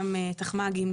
גם תחמ"גים,